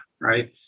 right